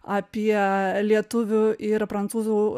apie lietuvių ir prancūzų